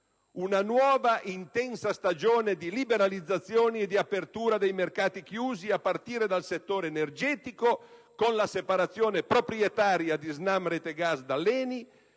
una nuova, intensa stagione di liberalizzazioni e di apertura dei mercati chiusi, a partire dal settore energetico - con la separazione proprietaria di SNAM‑Rete gas dall'ENI